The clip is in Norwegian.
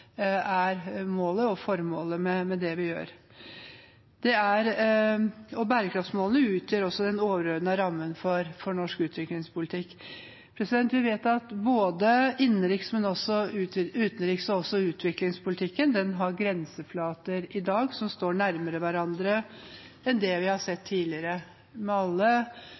er målet og formålet med det vi gjør. Bærekraftsmålene utgjør også den overordnede rammen for norsk utviklingspolitikk. Vi vet at både innenriks-, utenriks- og utviklingspolitikken har grenseflater i dag som står nærmere hverandre enn det vi har sett tidligere. Med